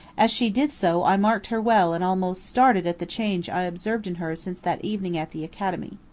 as she did so i marked her well and almost started at the change i observed in her since that evening at the academy.